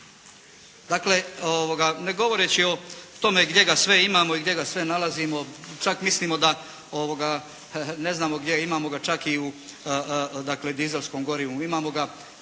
Dakle ne govoreći o tome gdje ga sve imamo i gdje ga sve nalazimo čak mislimo da ne znamo gdje, imamo ga čak i u dakle dizelskom gorivu.